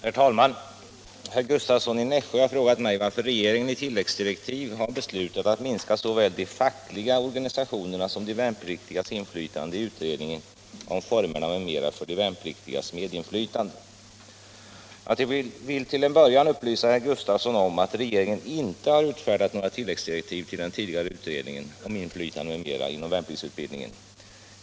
311, och anförde: Herr talman! Herr Gustavsson i Nässjö har frågat mig varför regeringen 1 i tilläggsdirektiv har beslutat att minska såväl de fackliga organisationernas som de värnpliktigas inflytande i utredningen om formerna m.m. för de värnpliktigas medinflytande. Jag vill till en början upplysa herr Gustavsson om att regeringen inte har utfärdat några tilläggsdirektiv till den tidigare utredningen om inflytande m.m. inom värnpliktsutbildningen.